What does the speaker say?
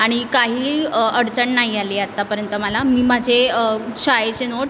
आणि काही अडचण नाही आली आहे आतापर्यंत मला मी माझे शाळेचे नोट्स